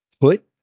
put